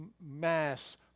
mass